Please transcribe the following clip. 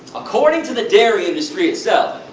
according to the dairy industry itself,